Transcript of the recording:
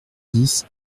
dix